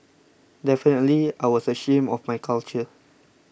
definitely I was ashamed of my culture